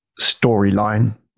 storyline